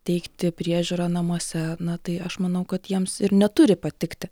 teikti priežiūrą namuose na tai aš manau kad jiems ir neturi patikti